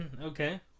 okay